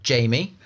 Jamie